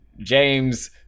James